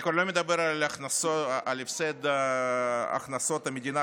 אני כבר לא מדבר על הפסד הכנסות המדינה,